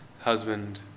husband